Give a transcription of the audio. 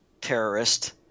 terrorist